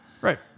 Right